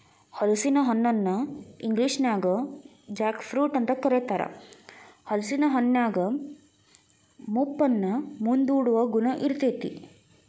ಹಲಸಿನ ಹಣ್ಣನ ಇಂಗ್ಲೇಷನ್ಯಾಗ ಜಾಕ್ ಫ್ರೂಟ್ ಅಂತ ಕರೇತಾರ, ಹಲೇಸಿನ ಹಣ್ಣಿನ್ಯಾಗ ಮುಪ್ಪನ್ನ ಮುಂದೂಡುವ ಗುಣ ಇರ್ತೇತಿ